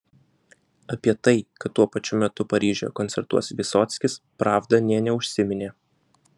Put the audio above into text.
apie tai kad tuo pačiu metu paryžiuje koncertuos vysockis pravda nė neužsiminė